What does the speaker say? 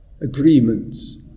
agreements